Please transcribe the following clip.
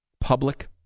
public